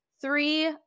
three